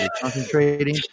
concentrating